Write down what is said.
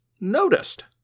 noticed